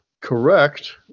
correct